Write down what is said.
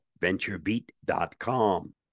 VentureBeat.com